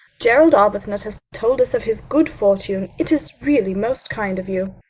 gerald arbuthnot has told us of his good fortune it is really most kind of you.